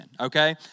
okay